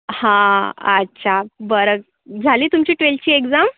हां अच्छा बरं झाली तुमची ट्वेल्थची एक्झाम